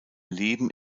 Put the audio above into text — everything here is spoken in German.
leben